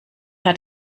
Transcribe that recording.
hat